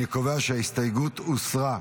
אני קובע שההסתייגות הוסרה.